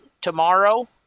tomorrow